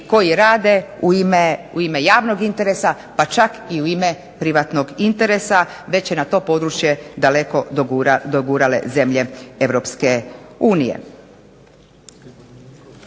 koji rade u ime javnog interesa, pa čak i u ime privatnog interesa, već je na to područje daleko dogurale zemlje